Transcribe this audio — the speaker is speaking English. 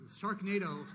Sharknado